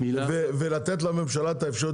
כדי לתת לממשלה אפשרות.